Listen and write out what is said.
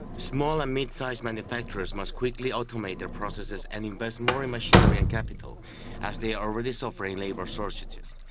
ah small and mid-sized manufacturers must quickly automate their processes and invest more in machinery and capital as they are already suffering labor shortages.